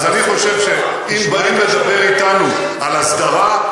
אז אני חושב שאם באים לדבר אתנו על הסדרה,